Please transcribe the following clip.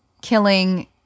killing